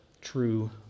True